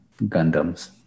Gundams